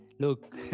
Look